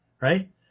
right